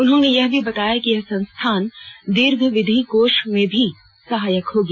उन्होंने यह भी बताया कि यह संस्थान दीर्घावधि कोष में भी सहायक होगी